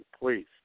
please